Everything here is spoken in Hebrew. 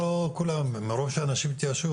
מראש אנשים התייאשו,